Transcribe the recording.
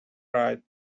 right